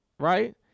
Right